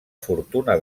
fortuna